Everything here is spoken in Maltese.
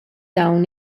dawn